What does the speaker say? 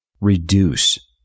reduce